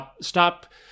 stop